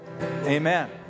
Amen